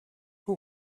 who